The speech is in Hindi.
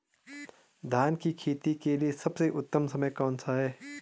धान की खेती के लिए सबसे उत्तम समय कौनसा है?